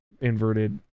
inverted